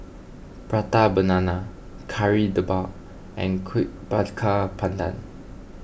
Prata Banana Kari Debal and Kuih Bakar Pandan